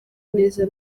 neza